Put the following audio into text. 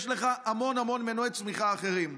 יש לך המון המון מנועי צמיחה אחרים.